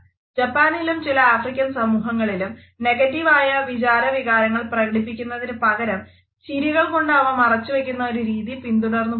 ജപ്പാനിലും ചില ആഫ്രിക്കൻ സമൂഹങ്ങളിലും നെഗറ്റീവ് ആയ വിചാരവികാരണങ്ങൾ പ്രകടിപ്പിക്കുന്നതിനു പകരം ചിരികൾകൊണ്ട് അവ മറച്ചു വയ്ക്കുന്ന ഒരു രീതി പിന്തുടർന്നു പോരുന്നു